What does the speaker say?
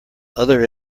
other